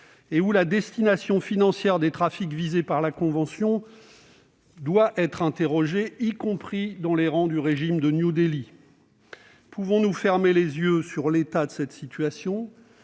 et où la destination financière des trafics visés par la convention doit être interrogée, y compris dans les rangs du régime de New Delhi. Pouvons-nous fermer les yeux sur l'état du système